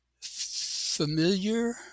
familiar